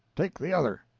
take the other.